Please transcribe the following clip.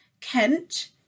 Kent